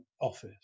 office